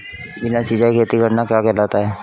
बिना सिंचाई खेती करना क्या कहलाता है?